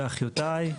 באחיותיי,